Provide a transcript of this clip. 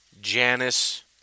Janice